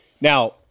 Now